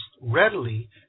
readily